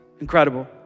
Incredible